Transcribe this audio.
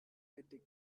attic